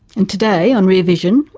and today on rear vision,